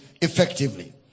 effectively